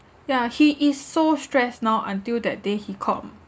ya he is so stressed now until that day he called